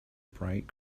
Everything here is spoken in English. bright